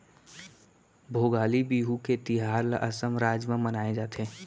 भोगाली बिहू के तिहार ल असम राज म मनाए जाथे